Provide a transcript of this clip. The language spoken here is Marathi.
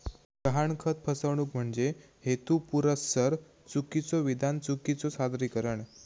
गहाणखत फसवणूक म्हणजे हेतुपुरस्सर चुकीचो विधान, चुकीचो सादरीकरण